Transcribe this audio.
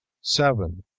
seven.